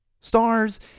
stars